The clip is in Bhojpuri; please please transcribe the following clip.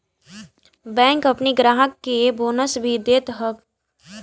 बैंक अपनी ग्राहक के बोनस भी देत हअ